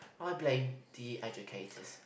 I blame the educators